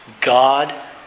God